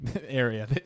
area